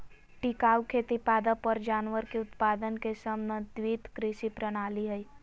टिकाऊ खेती पादप और जानवर के उत्पादन के समन्वित कृषि प्रणाली हइ